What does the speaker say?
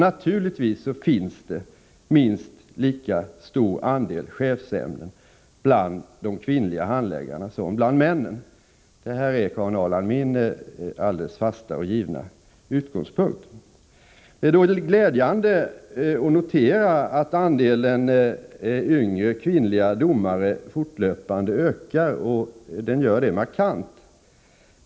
Naturligtvis finns det minst lika stor andel chefsämnen bland de kvinnliga handläggarna som bland männen. Det här är, Karin Ahrland, min alldeles fasta och givna utgångspunkt. Det är glädjande att kunna notera att andelen yngre kvinnliga domare fortlöpande ökar och detta markant.